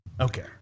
Okay